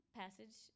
passage